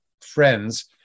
friends